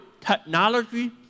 technology